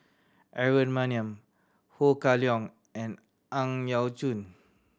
Aaron Maniam Ho Kah Leong and Ang Yau Choon